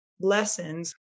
lessons